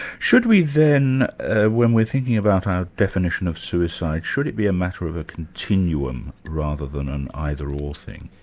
should we then when we're thinking about our definition of suicide, should it be a matter of a continuum rather than an either or thing?